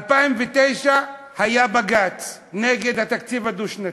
ב-2009 היה בג"ץ נגד התקציב הדו-שנתי,